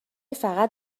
فقط